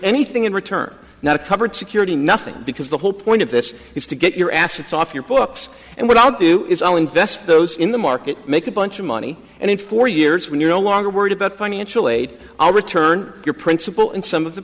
anything in return not covered security nothing because the whole point of this is to get your assets off your books and what i'll do is i'll invest those in the market make a bunch of money and in four years when you're no longer worried about financial aid i'll return your principle in some of the